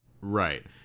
Right